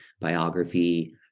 biography